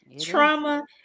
trauma